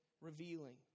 revealing